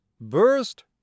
burst